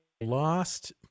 Lost